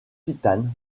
titane